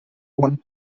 one